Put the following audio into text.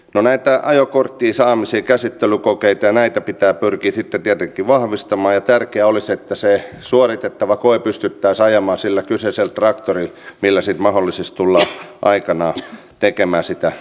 no näitä ajokortin saamisia käsittelykokeita ja näitä pitää pyrkiä sitten tietenkin vahvistamaan ja tärkeää olisi että se suoritettava koe pystyttäisiin ajamaan sillä kyseisellä traktorilla millä sitten mahdollisesti tullaan aikanaan tekemään sitä työtäkin